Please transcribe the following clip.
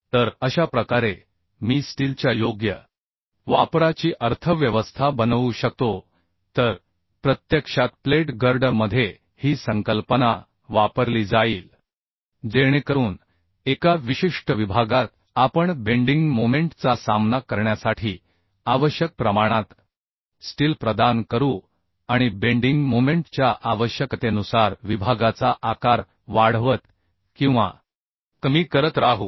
तर अशा प्रकारे मी स्टीलच्या योग्य वापराची अर्थव्यवस्था बनवू शकतो तर प्रत्यक्षात प्लेट गर्डरमध्ये ही संकल्पना वापरली जाईल जेणेकरून एका विशिष्ट विभागात आपण बेंडिंग मोमेंट चा सामना करण्यासाठी आवश्यक प्रमाणात स्टील प्रदान करू आणि बेंडिंग मोमेंट च्या आवश्यकतेनुसार विभागाचा आकार वाढवत किंवा कमी करत राहू